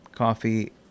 Coffee